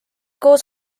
koos